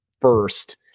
first